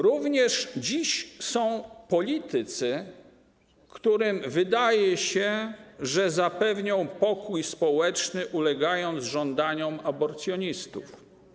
Również dziś są politycy, którym wydaje się, że zapewnią pokój społeczny, ulegając żądaniom aborcjonistów.